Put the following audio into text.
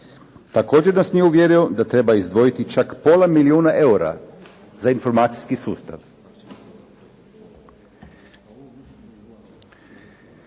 Također nas nije uvjerio da treba izdvojiti čak pola milijuna EUR-a za informacijski sustav.